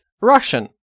Russian